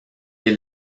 est